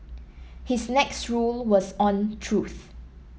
his next rule was on truth